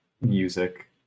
music